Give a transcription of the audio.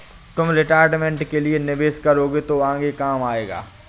तुम रिटायरमेंट के लिए निवेश करोगे तो आगे काम आएगा